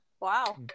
Wow